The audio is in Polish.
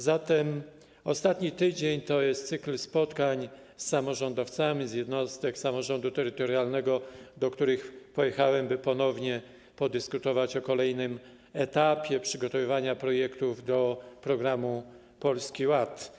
Zatem ostatni tydzień to był cykl spotkań z samorządowcami z jednostek samorządu terytorialnego, do których pojechałem, by ponownie podyskutować o kolejnym etapie przygotowywania projektów w ramach programu Polski Ład.